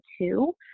two